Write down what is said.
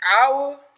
hour